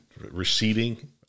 receding